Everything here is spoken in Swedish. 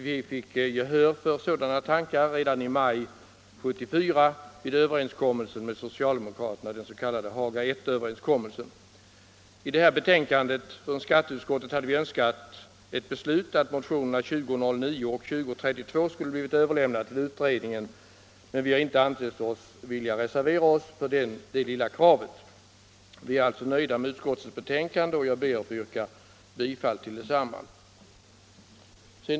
Vi fick gehör för sådana tankar redan vid överenskommelsen med socialdemokraterna i maj 1974, den s.k. Haga I-överenskommelsen. Vi hade önskat att motionerna 2009 och 2032, som behandlas i skatteutskottets föreliggande betänkande, skulle överlämnas till utredningen, men vi har inte velat reservera oss för detta lilla krav. Vi är alltså nöjda med utskottets betänkande, och jag ber att få yrka bifall till detsamma.